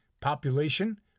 population